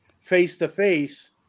face-to-face